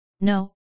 No